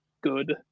good